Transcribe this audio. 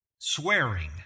swearing